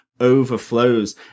overflows